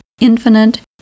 infinite